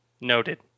Noted